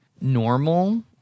normal